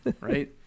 Right